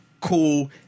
cool